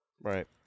Right